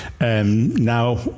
now